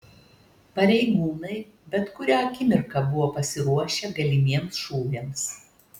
pareigūnai bet kurią akimirką buvo pasiruošę galimiems šūviams